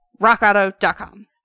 rockauto.com